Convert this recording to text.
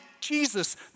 Jesus